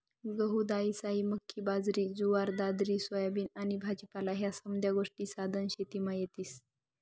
गहू, दायीसायी, मक्की, बाजरी, जुवार, दादर, सोयाबीन आनी भाजीपाला ह्या समद्या गोष्टी सधन शेतीमा येतीस